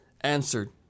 answered